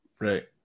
right